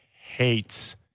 hates